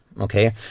Okay